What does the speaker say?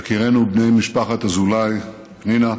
יקירינו בני משפחת אזולאי, פנינה,